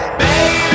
baby